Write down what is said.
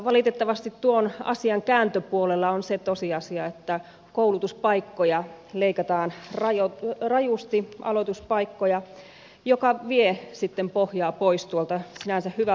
valitettavasti tuon asian kääntöpuolella on se tosiasia että koulutuspaikkoja leikataan rajusti aloituspaikkoja mikä vie sitten pohjaa pois tuolta sinänsä hyvältä nuorisotakuuajatukselta